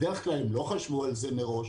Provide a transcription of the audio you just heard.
בדרך כלל לא חשבו על זה מראש,